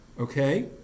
Okay